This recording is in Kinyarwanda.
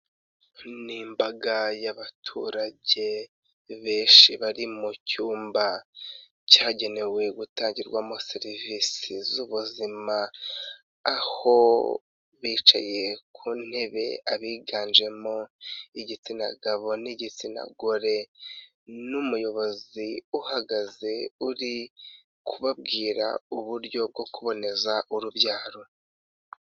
Ni mbaga y'abaturage benshi bari mu cyumba, cyagenewe gutangirwamo serivisi z'ubuzima, aho bicaye ku ntebe, abiganjemo igitsina gabo n'igitsina gore n'umuyobozi uhagaze, uri kubabwira uburyo bwo kuboneza urubyaro.